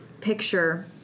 picture